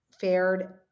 fared